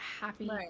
happy